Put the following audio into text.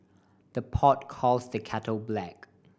the pot calls the kettle black